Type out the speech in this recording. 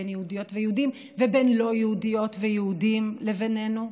בין יהודיות ויהודים ובין לא יהודיות ויהודים לביננו,